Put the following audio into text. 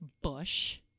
Bush